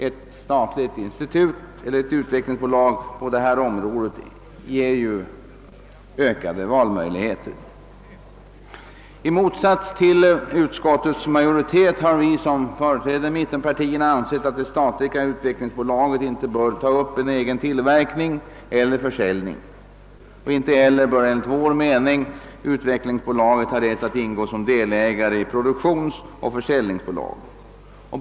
Ett statligt utvecklingsbolag ger härvidlag ökade valmöjligheter. I motsats till utskottets majoritet har vi som företräder mittenpartierna ansett att det statliga utvecklingsbolaget inte bör uppta egen tillverkning eller försäljning. Enligt vår mening bör bolaget inte heller ha rätt att ingå som delägare i produktionsoch försäljningsbolag.